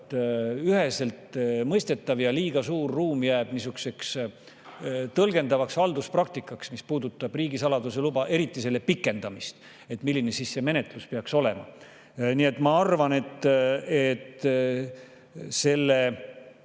üheselt mõistetav, liiga suur ruum jääb tõlgendavale halduspraktikale, mis puudutab riigisaladuse luba, eriti selle pikendamist, et milline siis see menetlus peaks olema. Nii et ma arvan, et selle